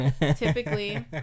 typically